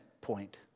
point